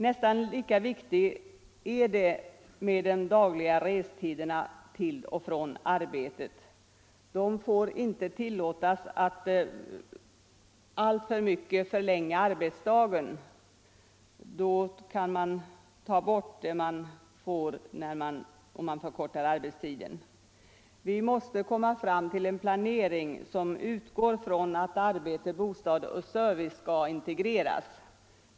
Nästan lika viktig är frågan om de dagliga restiderna till och från arbetet. De får inte tillåtas att alltför mycket förlänga arbetsdagen; annars kan de fördelar försvinna som man får om arbetstiden förkortas. Vi måste komma fram till en planering som utgår från att arbete, bostad och service skall integreras.